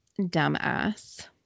dumbass